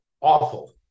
awful